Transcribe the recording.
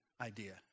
idea